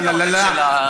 לה-לה-לה-לה-לה,